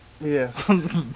Yes